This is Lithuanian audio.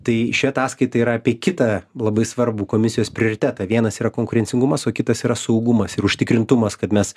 tai ši ataskaita yra apie kitą labai svarbų komisijos prioritetą vienas yra konkurencingumas o kitas yra saugumas ir užtikrintumas kad mes